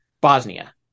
Bosnia